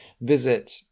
visit